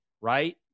Right